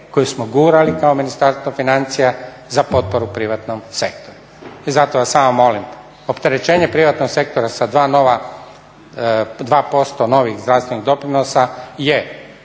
koje smo gurali kao Ministarstvo financija za potporu privatnom sektoru. I zato vas samo molim, opterećenje privatnog sektora sa 2% novih zdravstvenih doprinosa je